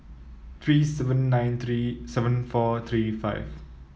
three seven nine three seven four three five